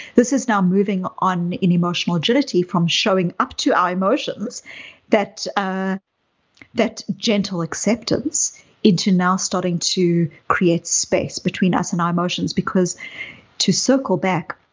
this is now moving on in emotional agility from showing up to our emotions that ah that gentle acceptance into now starting to create space between us and our emotions because to circle back,